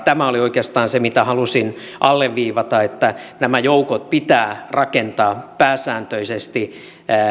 tämä oli oikeastaan se mitä halusin alleviivata että nämä joukot pitää rakentaa pääsääntöisesti